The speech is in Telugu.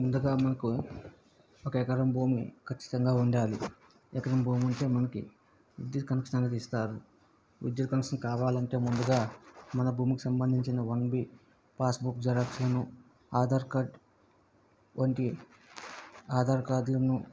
ముందుగా మనకు ఒక ఎకరం భూమి ఖచ్చితంగా ఉండాలి ఎకరం భూముంటే మనకి విద్యుత్ కనెక్షన్ అనేది ఇస్తారు విద్యుత్ కనెక్షన్ కావాలంటే ముందుగా మన భూమికి సంబంధించిన వన్ బి పాస్ బుక్ జిరాక్స్లను ఆధార్ కార్డ్ వంటి ఆధార్ కార్డులను